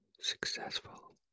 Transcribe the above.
successful